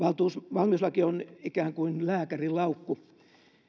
valmiuslaki on ikään kuin lääkärinlaukku